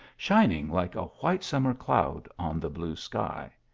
shining like a white summer cloud on the blue sky.